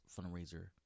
fundraiser